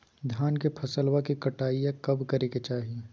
धान के फसलवा के कटाईया कब करे के चाही?